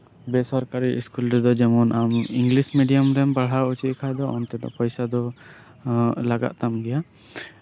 ᱵᱮᱥᱚᱨᱠᱟᱨᱤ ᱥᱠᱩᱞ ᱨᱮᱫᱚ ᱟᱢ ᱤᱝᱞᱤᱥ ᱢᱮᱰᱤᱭᱟᱢᱨᱮ ᱯᱟᱲᱦᱟᱣ ᱦᱚᱪᱚᱭᱮ ᱠᱷᱟᱱ ᱚᱱᱛᱮ ᱫᱚ ᱯᱚᱭᱥᱟ ᱫᱚ ᱞᱟᱜᱟᱜ ᱛᱟᱢ ᱜᱮᱭᱟ